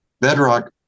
bedrock